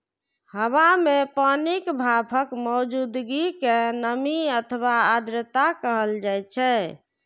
हवा मे पानिक भापक मौजूदगी कें नमी अथवा आर्द्रता कहल जाइ छै